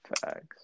Facts